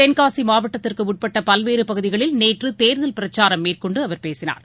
தெள்காசிமாவட்டத்திற்குடப்பட்டபல்வேறபகுதிகளில் நேற்றுதேர்தல் பிரச்சாரம் மேற்கொண்டுஅவர் பேசினார்